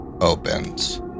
opens